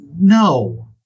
no